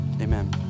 amen